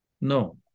No